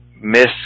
miss